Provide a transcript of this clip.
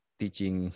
teaching